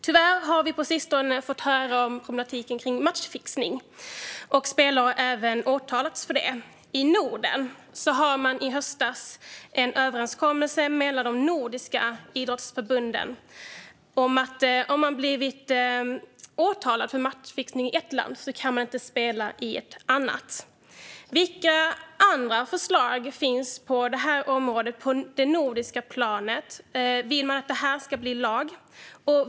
Tyvärr har vi på sistone fått höra om problematiken kring matchfixning, och spelare har även åtalats för detta. I Norden har vi sedan i höstas en överenskommelse mellan de nordiska idrottsförbunden om att personer som blivit åtalade för matchfixning ett land inte kan spela i ett annat. Vilka andra förslag finns på detta område på det nordiska planet? Vill man att detta ska bli lag?